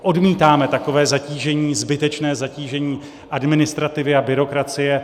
Odmítáme takové zbytečné zatížení administrativy a byrokracie.